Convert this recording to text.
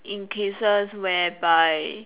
in cases whereby